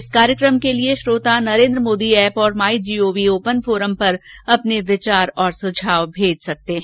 इस कार्यकम के लिए श्रोता नरेन्द्र मोदी एप और my G O V open forum पर अपने विचार और सुझाव भेज सकते हैं